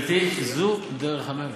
גברתי, זו דרך המלך.